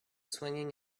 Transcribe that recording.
swinging